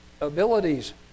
abilities